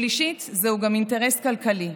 שלישית, זה גם אינטרס כלכלי.